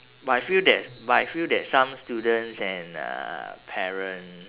but I feel that but I feel that some students and uh parents